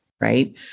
right